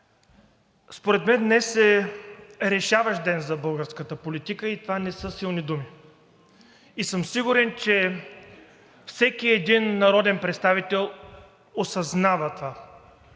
Според мен днес е решаващ ден за българската политика и това не са силни думи, и съм сигурен, че всеки един народен представител осъзнава това.